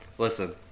Listen